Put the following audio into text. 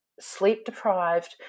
sleep-deprived